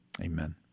amen